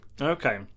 Okay